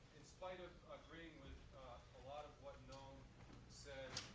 in spite of agreeing with a lot of what noam said,